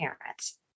parents